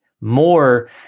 more